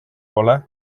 pole